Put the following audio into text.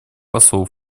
посол